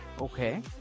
okay